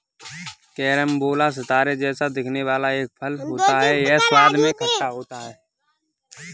carambola सितारे जैसा दिखने वाला एक फल होता है यह स्वाद में खट्टा होता है